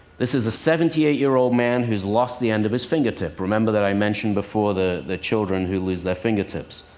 this is a seventy eight year-old man who's lost the end of his fingertip. remember that i mentioned before the the children who lose their fingertips.